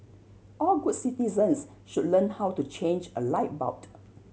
all good citizens should learn how to change a light bult